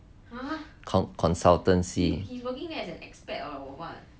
consultancy